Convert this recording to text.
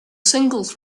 singles